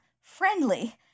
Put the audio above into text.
friendly